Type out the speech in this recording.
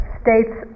states